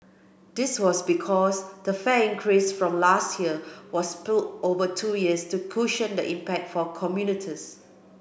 this was because the fare increase from last year was split over two years to cushion the impact for commuters